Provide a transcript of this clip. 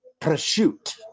Prosciutto